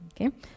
Okay